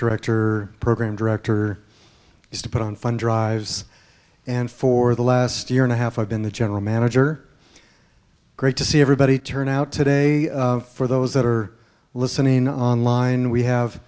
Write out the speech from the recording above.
director program director is to put on fun drives and for the last year and a half i've been the general manager great to see everybody turn out today for those that are listening on line we have